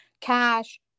cash